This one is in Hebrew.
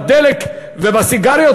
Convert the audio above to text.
בדלק ובסיגריות.